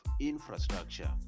infrastructure